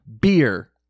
Beer